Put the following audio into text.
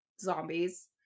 Zombies